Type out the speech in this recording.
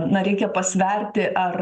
na reikia pasverti ar